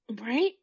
right